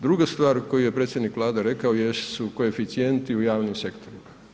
Druga stvar koju je predsjednik Vlade rekao jesu koeficijenti u javnim sektorima.